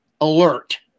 alert